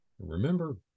Remember